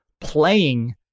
playing